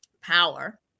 power